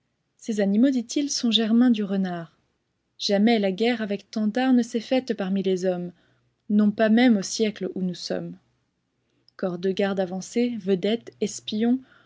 ces animaux dit-il sont germains du renard jamais la guerre avec tant d'art ne s'est faite parmi les hommes non pas même au siècle où nous sommes corps de garde avancé vedettes espions